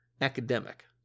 academic